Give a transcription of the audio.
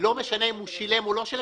לא משנה אם הוא שילם או לא שילם.